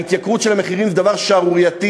העלייה של המחירים זה דבר שערורייתי.